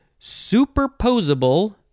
superposable